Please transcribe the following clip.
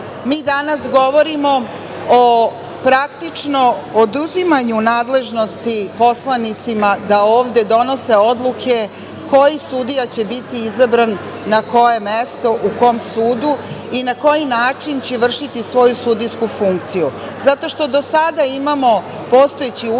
mi danas govorimo o praktično oduzimanju nadležnosti poslanicima da ovde donose odluke koji sudija će biti izabran na koje mesto, u kom sudu i na koji način će vršiti svoju sudijsku funkciju. Do sada imamo postojeći Ustav